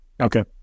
Okay